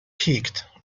peaked